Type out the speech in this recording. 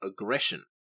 aggression